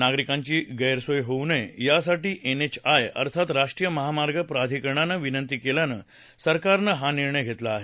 नागरिकांची गैरसोय होऊ नये यासाठी एनएचएआय अर्थात राष्ट्रीय महामार्ग प्राधिकरणानं विनंती केल्यानं सरकारनं हा निर्णय घेतला आहे